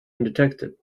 undetected